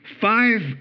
five